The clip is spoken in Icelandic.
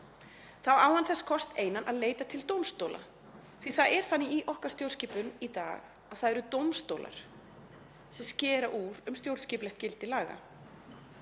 þá á hann þess kost einan að leita til dómstóla því að það er þannig í okkar stjórnskipun í dag að það eru dómstólar sem skera úr um stjórnskipulegt gildi laga.